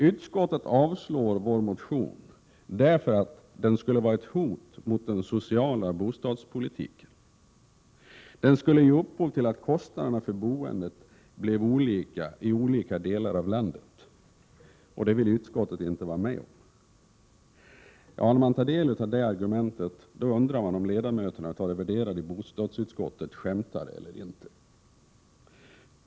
Utskottet avstyrker vår motion, därför att den skulle vara ett hot mot den sociala bostadspolitiken. Den skulle ge upphov till att kostnaderna för boendet blev olika i olika delar av landet, och det vill utskottet inte vara med om. När man tar del av det argumentet, undrar man om ledamöterna av det värderade bostadsutskottet skämtar eller inte.